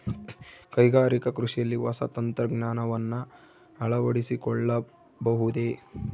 ಕೈಗಾರಿಕಾ ಕೃಷಿಯಲ್ಲಿ ಹೊಸ ತಂತ್ರಜ್ಞಾನವನ್ನ ಅಳವಡಿಸಿಕೊಳ್ಳಬಹುದೇ?